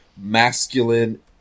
masculine